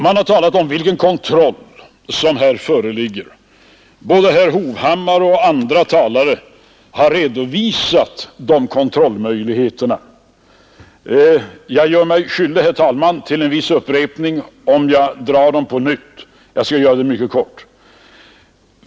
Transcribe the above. Man har talat om den kontroll som här föreligger. Både herr Hovhammar och andra talare har redovisat kontrollmöjligheterna. Jag gör mig skyldig, herr talman, till en viss upprepning om jag drar dem på nytt; jag skall göra det mycket kort.